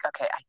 okay